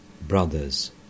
Brothers